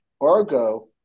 Argo